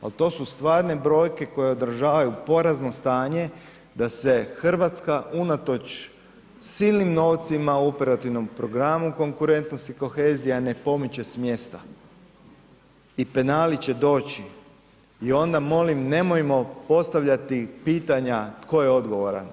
Ali to su stvarne brojke koje odražavaju porazno stanje da se Hrvatska unatoč silnim novcima u Operativnom programu Konkurentnost i kohezija ne pomiče s mjesta i penali će doći i onda molim, nemojmo postavljati pitanja tko je odgovoran.